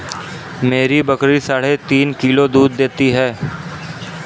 मेरी बकरी साढ़े तीन किलो दूध देती है